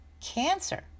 cancer